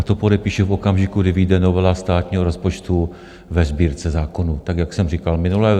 To podepíše v okamžiku, kdy vyjde novela státního rozpočtu ve Sbírce zákonů, jak jsem říkal minule.